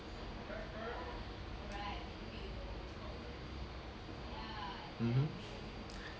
mmhmm